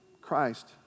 Christ